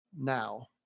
now